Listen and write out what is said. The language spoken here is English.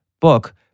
book